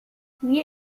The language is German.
wie